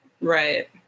Right